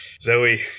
Zoe